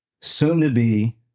soon-to-be